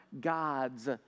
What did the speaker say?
God's